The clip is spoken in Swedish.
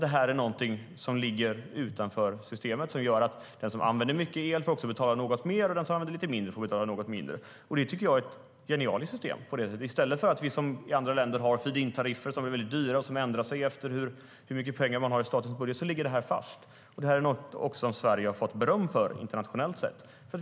Det är någonting som ligger utanför systemet och gör att den som använder mycket el får betala något mer och den som använder lite mindre för betala något mindre. Det tycker jag är ett genialiskt system.I stället för att som i andra länder ha feed-in-tariffer som är dyra och ändrar sig efter hur mycket pengar det finns i statens budget ligger detta fast. Det är också något som Sverige har fått beröm för internationellt.